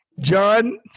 John